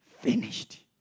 finished